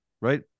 right